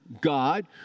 God